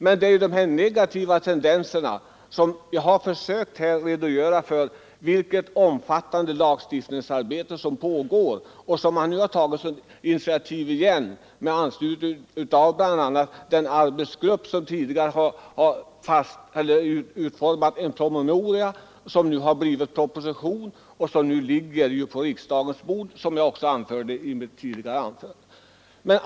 Men det är beträffande de negativa tendenserna som jag har redogjort för vilket omfattande lagstiftningsarbete som pågår och hur man nu återigen har tagit initiativ till sådan lagstiftning, med anslutning bl.a. av den arbetsgrupp som tidigare har utformat en promemoria som har resulterat i en proposition vilken nu ligger på riksdagens bord. Det påpekade jag också i mitt tidigare anförande.